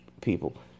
people